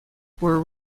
were